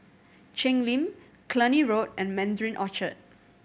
Cheng Lim Cluny Road and Mandarin Orchard